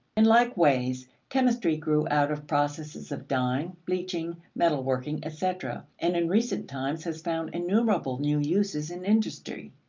in like ways, chemistry grew out of processes of dying, bleaching, metal working, etc, and in recent times has found innumerable new uses in industry.